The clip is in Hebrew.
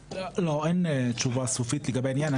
אין תשובה סופית לגבי העניין.